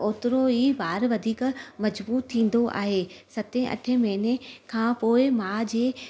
ओतिरो ई ॿार वधीक मज़बूत थींदो आहे सते अठे महिने खां पोइ माउ जे